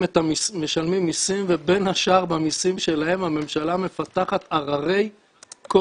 מסים ובין השאר במסים שלהם הממשלה מפתחת קוד.